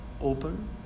open